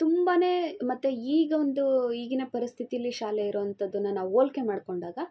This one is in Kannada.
ತುಂಬ ಮತ್ತು ಈಗೊಂದು ಈಗಿನ ಪರಿಸ್ಥಿತೀಲಿ ಶಾಲೆ ಇರೊವಂಥದ್ದನ್ನು ನಾವು ಹೋಲ್ಕೆ ಮಾಡಿಕೊಂಡಾಗ